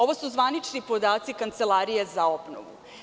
Ovo su zvanični podaci Kancelarije za obnovu.